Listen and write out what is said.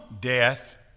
death